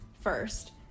first